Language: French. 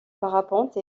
parapente